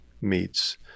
meets